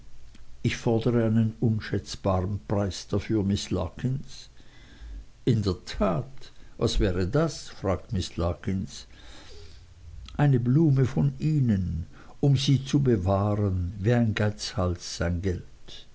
ich fordere einen unschätzbaren preis dafür miß larkins in der tat was wäre das fragt miß larkins eine blume von ihnen um sie zu bewahren wie ein geizhals sein geld